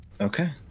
Okay